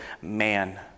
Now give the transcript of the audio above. man